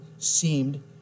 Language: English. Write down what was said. Seemed